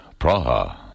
Praha